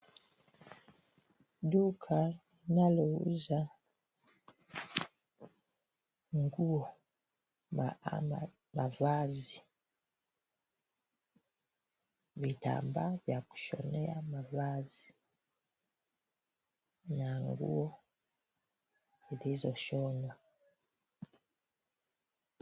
Duka linalouza nguo ama mavazi, vitambaa vya kushonea mavazi na nguo zilizoshonwa.